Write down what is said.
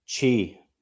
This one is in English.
Chi